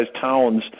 Towns